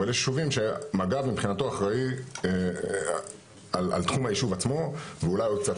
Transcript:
אבל יש יישובים שמג"ב מבחינתו אחראי על תחום היישוב עצמו ואולי עוד קצת,